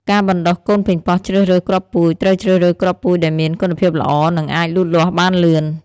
ការបណ្ដុះកូនប៉េងប៉ោះជ្រើសរើសគ្រាប់ពូជ ត្រូវជ្រើសរើសគ្រាប់ពូជដែលមានគុណភាពល្អ និងអាចលូតលាស់បានលឿន។